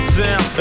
down